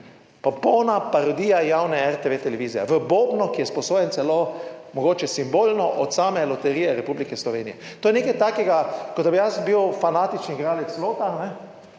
Popolna parodija javne RTV televizije v bobnu, ki je sposojen celo - mogoče simbolno - od same Loterije Republike Slovenije. To je nekaj takega, kot da bi jaz bil fanatičen igralec lota pa